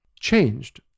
Changed